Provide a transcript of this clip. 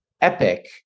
Epic